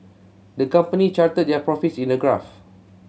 the company charted their profits in a graph